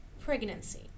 pregnancy